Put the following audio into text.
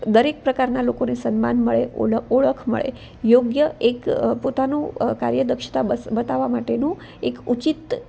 દરેક પ્રકારના લોકોને સન્માન મળે ઓળ ઓળખ મળે યોગ્ય એક પોતાનું કાર્યદક્ષતા બસ બતાવા માટેનું એક ઉચિત